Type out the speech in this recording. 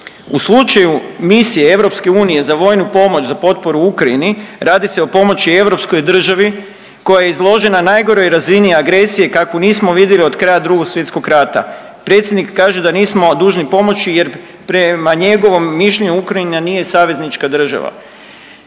U slučaju misije EU za vojnu pomoć za potporu Ukrajini radi se o pomoći europskoj državi koja je izložena najgoroj razini agresije kakvu nismo vidjeli od kraja Drugog svjetskog rata. Predsjednik kaže da nismo dužni pomoći jer prema njegovom mišljenju Ukrajina nije saveznička država.